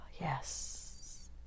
yes